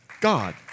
God